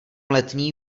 letní